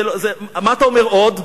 מה אתה אומר עוד?